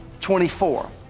24